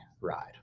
ride